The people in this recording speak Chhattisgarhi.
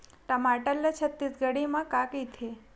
टमाटर ला छत्तीसगढ़ी मा का कइथे?